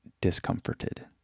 discomforted